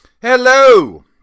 Hello